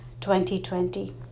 2020